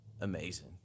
Amazing